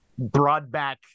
broadback